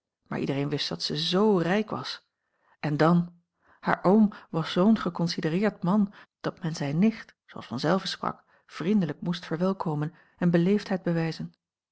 maar iedereen wist dat ze z rijk was en dan haar oom was zoo'n geconsidereerd man dat men zijne nicht zooals vanzelve sprak vriendelijk moest verwelkomen en beleefdheid bewijzen